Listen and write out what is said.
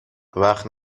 وقت